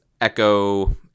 Echo